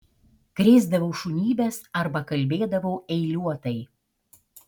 krėsdavau šunybes arba kalbėdavau eiliuotai